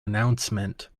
announcement